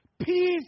peace